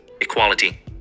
equality